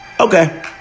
Okay